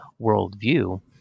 worldview